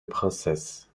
princesse